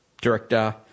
director